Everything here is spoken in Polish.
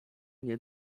nie